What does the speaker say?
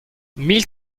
mille